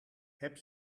heb